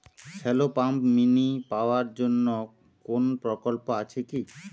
Shallow pump mini power জন্য কোনো প্রকল্প আছে কি?